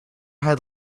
had